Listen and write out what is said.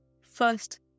First